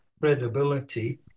credibility